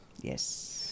yes